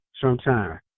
sometime